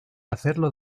hacerlo